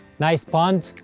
nice pond.